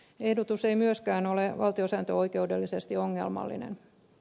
ehdotus ei myöskään ole valtiosääntöoikeudellisesti ongelmallinen